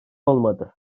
olmadı